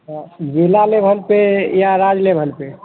तो ज़िला लेवल पर या राज्य लेवल पर